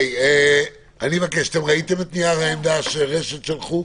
אתם ראיתם את נייר העמדה שרש"ת שלחו?